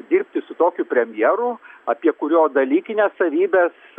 dirbti su tokiu premjeru apie kurio dalykines savybes